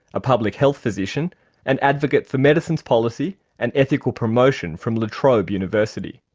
a public health physician and advocate for medicine's policy and ethical promotion from la trobe university.